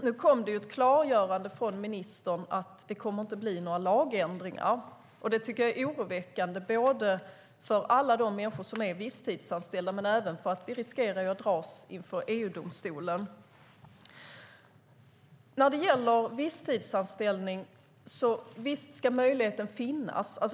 Nu fick vi ett klargörande från ministern, att det inte blir några lagändringar. Det tycker jag är oroväckande både med tanke på alla de människor som är visstidsanställda och för att vi riskerar att dras inför EU-domstolen. När det gäller visstidsanställning så visst, möjligheten ska finnas.